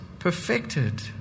Perfected